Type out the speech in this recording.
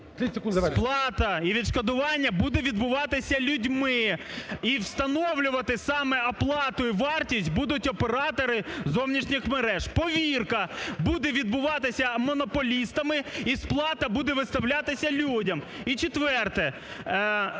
Сплата і відшкодування буде відбуватись людьми! І встановлювати саме оплату і вартість будуть оператори зовнішніх мереж. Повірка буде відбуватись монополістами і сплата буде виставлятись людям.